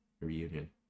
reunion